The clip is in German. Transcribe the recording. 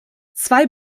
zwei